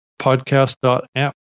podcast.app